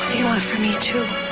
you want it for me, too.